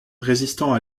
résistant